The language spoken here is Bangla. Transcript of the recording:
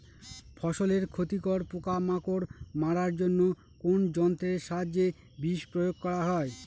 ফসলের ক্ষতিকর পোকামাকড় মারার জন্য কোন যন্ত্রের সাহায্যে বিষ প্রয়োগ করা হয়?